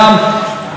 מחבלים,